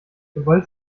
sobald